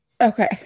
Okay